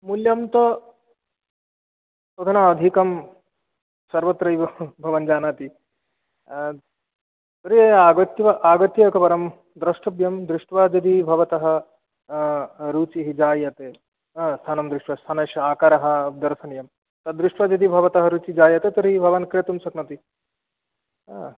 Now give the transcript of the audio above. मूल्यं तु अधुना अधिकं सर्वत्रैव भवान् जानाति पूर्वे आगत्य आगत्य एकवारं द्रष्टव्यं दृष्ट्वा यदि भवतः रुचिः जायते स्थानं दृष्ट्वा स्थानेषु आकारः दर्शनीयं तद्दृष्ट्वा यदि भवतः रुचिः जायते तर्हि भवान् क्रेतुं शक्नोति